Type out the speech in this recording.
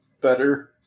better